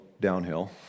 downhill